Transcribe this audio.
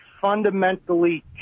fundamentally